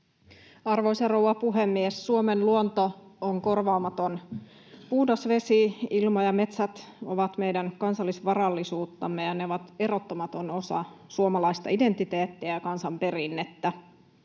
Arvoisa rouva puhemies! Suomen luonto on korvaamaton. Puhdas vesi, ilma ja metsät ovat meidän kansallisvarallisuuttamme, ja ne ovat erottamaton osa suomalaista identiteettiä ja kansanperinnettä.